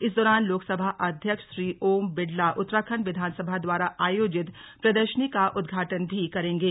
इस दौरान लोकसभा अध्यक्ष श्री ओम बिड़ला उत्तराखण्ड विधान सभा द्वारा आयोजित प्रदर्शनी का उद्घाटन भी करेंगे